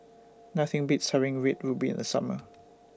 Nothing Beats having Red Ruby in The Summer